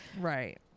Right